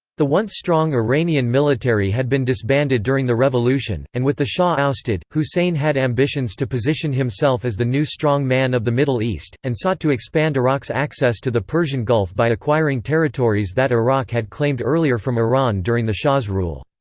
the once-strong iranian military had been disbanded during the revolution, and with the shah ousted, hussein had ambitions to position himself as the new strong man of the middle east, and sought to expand iraq's access to the persian gulf by acquiring territories that iraq had claimed earlier from iran during the shah's rule.